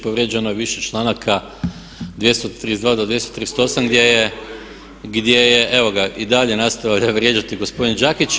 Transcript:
Povrijeđeno je više članaka, 232. do 238. gdje je, evo ga, i dalje nastavio vrijeđati gospodin Đakić.